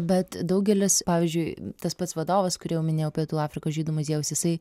bet daugelis pavyzdžiui tas pats vadovas kurį jau minėjau pietų afrikos žydų muziejaus jisai